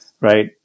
right